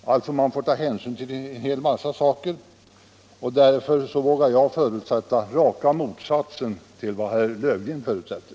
Man får alltså ta hänsyn till en hel mängd saker, och därför vågar jag förutsätta raka motsatsen till vad herr Löfgren förutsätter.